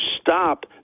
stop